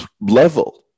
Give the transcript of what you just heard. level